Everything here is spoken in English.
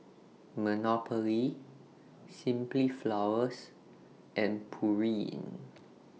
Monopoly Simply Flowers and Pureen